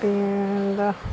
പിന്നെന്താ